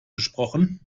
gesprochen